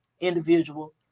individual